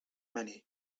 many